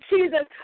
Jesus